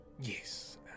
Yes